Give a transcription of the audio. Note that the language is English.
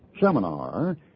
seminar